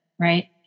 right